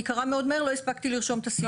היא קראה מאוד מהר, לא הספקתי לרשום את הסעיפים.